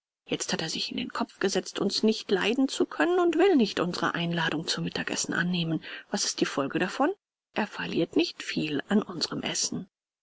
jetzt hat er sich in den kopf gesetzt uns nicht leiden zu können und will nicht unsere einladung zum mittagsessen annehmen was ist die folge davon er verliert nicht viel an unserm essen